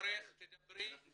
בתורך תדברי.